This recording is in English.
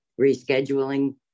rescheduling